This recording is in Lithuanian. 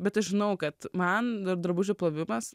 bet aš žinau kad man drabužių plovimas